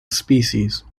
species